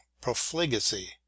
profligacy